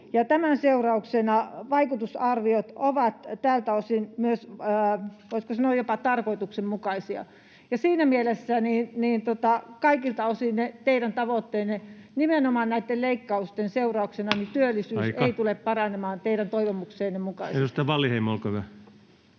tämän seurauksena vaikutusarviot ovat tältä osin myös, voisiko sanoa, jopa tarkoituksenmukaisia. Siinä mielessä kaikilta osin teidän tavoitteenne eivät tule menemään eikä nimenomaan näitten leikkausten seurauksena [Puhemies: Aika!] työllisyys tule paranemaan teidän toivomuksienne mukaisesti. [Speech 135] Speaker: